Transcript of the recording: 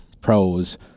pros